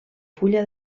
fulla